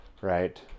right